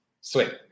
Sweet